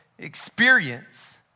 Experience